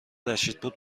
رشیدپور